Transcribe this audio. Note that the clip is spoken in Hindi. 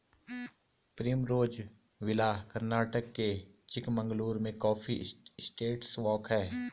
प्रिमरोज़ विला कर्नाटक के चिकमगलूर में कॉफी एस्टेट वॉक हैं